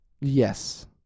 yes